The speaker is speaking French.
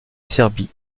serbie